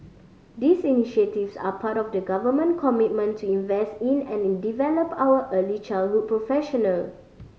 these initiatives are part of the government commitment to invest in and develop our early childhood professional